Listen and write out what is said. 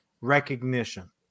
recognition